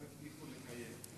לא הבטיחו לקיים.